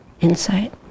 Insight